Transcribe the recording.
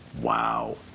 Wow